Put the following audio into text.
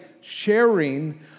sharing